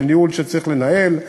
של ניהול שצריך לנהל,